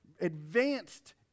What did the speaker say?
advanced